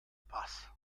pass